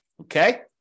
Okay